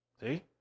See